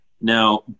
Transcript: Now